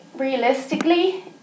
Realistically